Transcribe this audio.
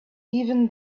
even